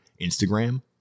Instagram